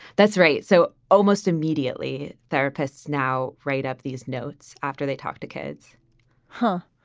that's right. so almost immediately. therapists now write up these notes after they talk to kids huh.